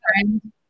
friend